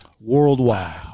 worldwide